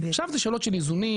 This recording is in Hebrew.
שם יש שאלות של איזונים,